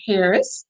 Harris